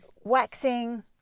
waxing